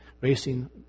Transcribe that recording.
racing